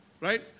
Right